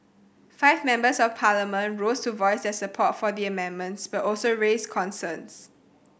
five Members of Parliament rose to voice their support for the amendments but also raised concerns